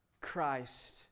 Christ